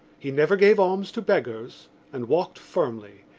he never gave alms to beggars and walked firmly,